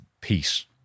peace